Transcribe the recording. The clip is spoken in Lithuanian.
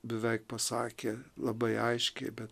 beveik pasakė labai aiškiai bet